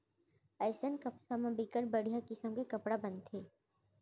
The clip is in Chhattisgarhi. अइसन कपसा म बिकट बड़िहा किसम के कपड़ा बनथे